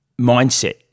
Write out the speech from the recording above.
mindset